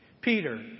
Peter